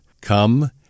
come